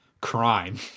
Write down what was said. crime